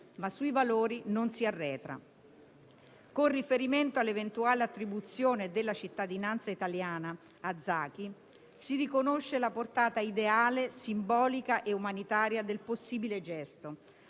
Ma sui valori non si arretra. Con riferimento all'eventuale attribuzione della cittadinanza italiana a Zaki, si riconosce la portata ideale, simbolica e umanitaria del possibile gesto,